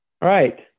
right